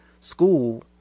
school